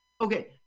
okay